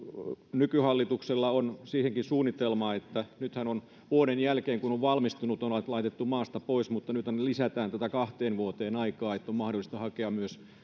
nykyhallituksella on suunnitelma nythän on vuoden jälkeen siitä kun on valmistunut laitettu maasta pois mutta nyt lisätään tätä aikaa kahteen vuoteen niin että on mahdollista hakea täältä